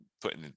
putting